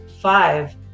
five